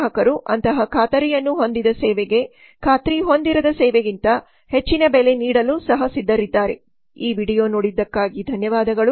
ಗ್ರಾಹಕರು ಅಂತಹ ಖಾತರಿಯನ್ನು ಹೊಂದಿದ ಸೇವೆಗೆ ಖಾತ್ರಿ ಹೊಂದಿರದ ಸೇವೆಗಿಂತ ಹೆಚ್ಚಿನ ಬೆಲೆ ನೀಡಲು ಸಹ ಸಿದ್ಧರಿದ್ದಾರೆ ಈ ವೀಡಿಯೊ ನೋಡಿದ್ದಕ್ಕಾಗಿ ಧನ್ಯವಾದಗಳು